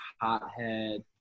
hothead